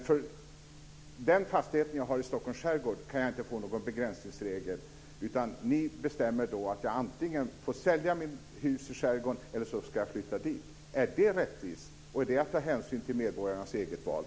För den fastighet som jag har i Stockholms skärgård kan jag inte få någon begränsningsregel, utan ni bestämmer att jag antingen får sälja mitt hus i skärgården eller flytta dit. Är det rättvist? Är det att ta hänsyn till medborgarnas eget val?